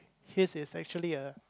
his is actually a